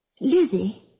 Lizzie